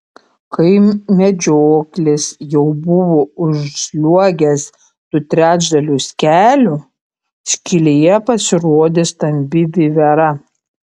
kai medžioklis jau buvo užsliuogęs du trečdalius kelio skylėje pasirodė stambi vivera